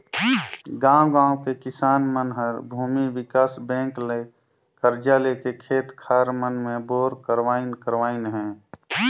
गांव गांव के किसान मन हर भूमि विकास बेंक ले करजा लेके खेत खार मन मे बोर करवाइन करवाइन हें